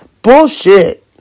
Bullshit